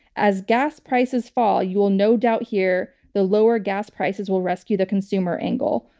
as gas prices fall, you will no doubt hear the lower gas prices will rescue the consumer angle.